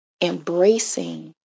embracing